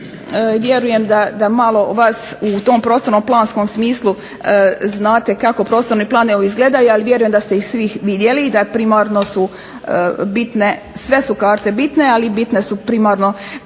vjerujem da malo vas u tom prostorno-planskom smislu znate kako prostorni planovi izgledaju, ali vjerujem da ste ih svi vidjeli i da primarno su bitne, sve su karte bitne ali bitne su primarno